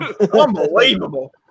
Unbelievable